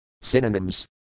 Synonyms